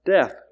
death